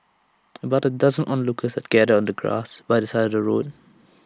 about A dozen onlookers had gathered on the grass by the side the road